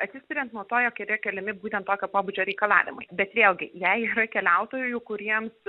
atsispiriant nuo to jog yra keliami būtent tokio pobūdžio reikalavimai bet vėlgi jei yra keliautojų kuriems